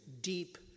deep